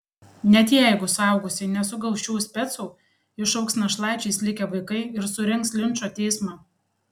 net jeigu suaugusieji nesugaus šių specų išaugs našlaičiais likę vaikai ir surengs linčo teismą